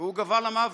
והוא גווע למוות.